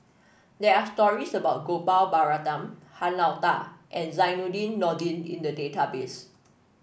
there are stories about Gopal Baratham Han Lao Da and Zainudin Nordin in the database